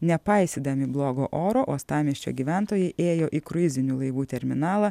nepaisydami blogo oro uostamiesčio gyventojai ėjo į kruizinių laivų terminalą